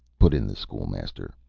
put in the school-master.